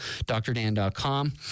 drdan.com